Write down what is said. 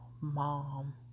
mom